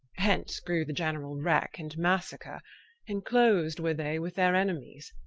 hence grew the generall wrack and massacre enclosed were they with their enemies.